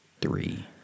Three